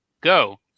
Go